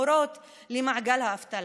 מורות למעגל האבטלה.